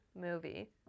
movie